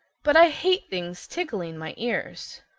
but i hate things tickling my ears.